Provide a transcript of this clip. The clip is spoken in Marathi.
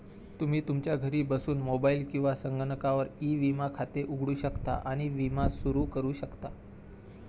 तुम्ही तुमच्या घरी बसून मोबाईल किंवा संगणकावर ई विमा खाते उघडू शकता आणि विमा सुरू करू शकता